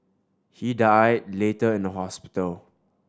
he died later in the hospital